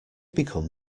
become